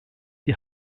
die